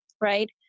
right